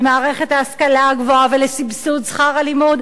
למערכת ההשכלה הגבוהה ולסבסוד שכר הלימוד,